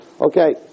Okay